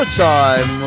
time